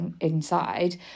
inside